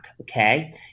okay